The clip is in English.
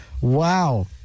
Wow